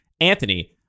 Anthony